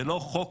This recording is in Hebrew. זה לא חוק